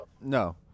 No